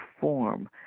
form